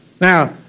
Now